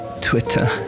Twitter